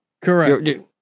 Correct